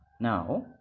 now